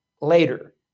later